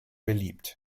beliebt